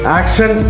action